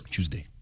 Tuesday